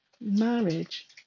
marriage